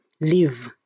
live